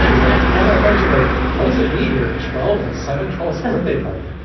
like all my friends are like, what does it mean? you're twelve and seven twelve spirit day party.